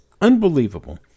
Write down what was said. Unbelievable